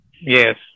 yes